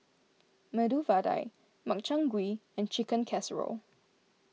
Medu Vada Makchang Gui and Chicken Casserole